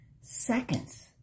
seconds